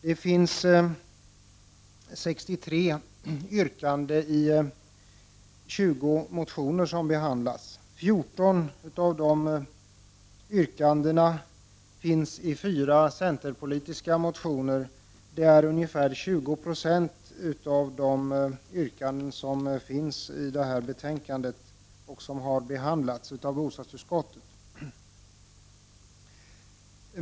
Det finns 63 yrkanden i 20 motioner. 14 av dessa yrkanden finns i fyra centermotioner. Det är ungefär 20 76 av de yrkanden som finns i detta betänkande och som har behandlats av bostadsutskottet.